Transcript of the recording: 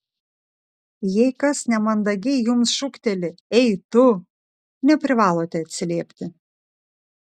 jei kas nemandagiai jums šūkteli ei tu neprivalote atsiliepti